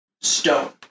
stone